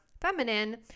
feminine